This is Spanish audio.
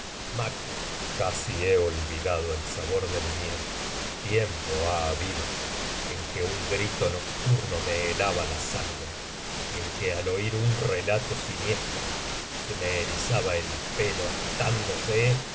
casi he olvidado el sabor delmiedo tiempo ha habido en que un grito nocturno me helaba la sangre y en que al oír un relato siniestro se me erizaba el pelo agitándose como si